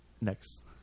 next